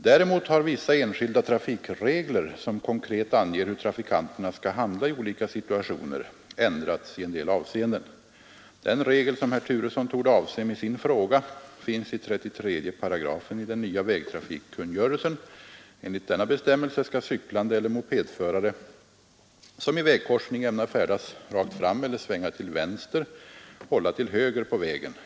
Däremot har vissa enskilda trafikregler, som konkret anger hur trafikanterna skall handla i olika situationer, ändrats i en del avseenden. Den regel som herr Turesson torde avse med sin fråga finns i 33 8 i den nya vägtrafikkungörelsen. Enligt denna bestämmelse skall cyklande eller mopedförare, som i vägkorsning ämnar färdas rakt fram eller svänga till vänster, hålla till höger på vägen.